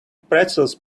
pretzels